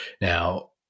Now